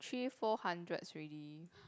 three four hundreds ready